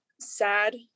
sad